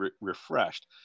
refreshed